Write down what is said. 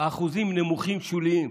האחוזים נמוכים, שוליים.